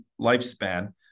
lifespan